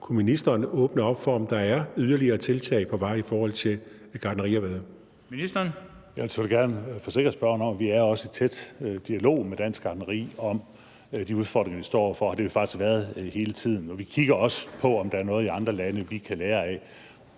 Kunne ministeren åbne op for, om der er yderligere tiltag på vej i forhold til gartnerierhvervet?